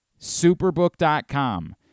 Superbook.com